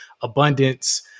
abundance